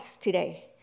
today